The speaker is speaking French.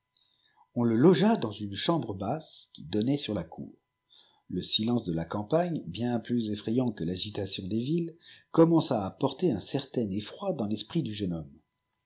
on le logea dans une chambre basse qui donnait sur la cour le silence de la campagne bien plus effrayant que l'agitation des villes commença à porter un certain effroi dans l'esprit du jeune homme